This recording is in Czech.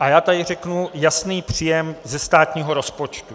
a řeknu, jasný příjem ze státního rozpočtu.